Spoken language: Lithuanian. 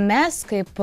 mes kaip